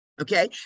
Okay